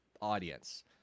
audience